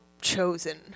chosen